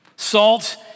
Salt